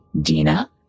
Dina